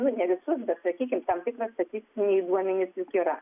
nu ne visus bet sakykim tam tikri statistiniai duomenys juk yra